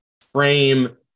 frame